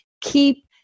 keep